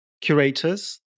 curators